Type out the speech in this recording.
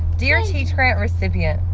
dear teach grant recipient,